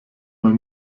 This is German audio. mal